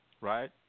Right